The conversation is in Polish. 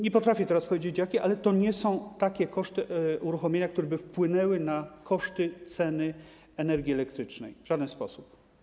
Nie potrafię teraz powiedzieć, jakie, ale to nie są takie koszty uruchomienia, które by wpłynęły na koszty ceny energii elektrycznej, w żaden sposób.